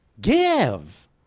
give